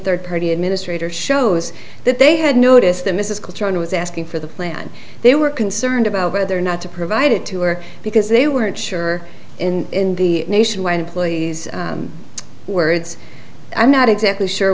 third party administrator shows that they had noticed that mrs clinton was asking for the plan they were concerned about whether or not to provide it to her because they weren't sure in the nation why employees words i'm not exactly sure